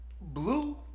Blue